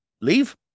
leave